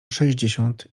sześćdziesiąt